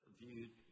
viewed